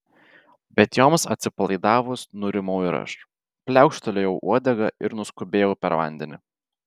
bet joms atsipalaidavus nurimau ir aš pliaukštelėjau uodega ir nuskubėjau per vandenį